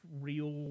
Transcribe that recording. real